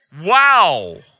Wow